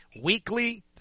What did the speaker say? weekly